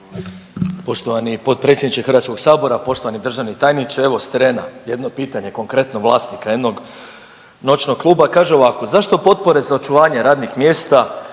Poštovani potpredsjedniče HS-, poštovani državni tajniče. Evo s terena jedno pitanje konkretno vlasnika jednog noćnog kluba kaže ovako zašto potpore za očuvanje radnih mjesta